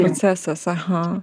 procesas aha